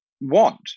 want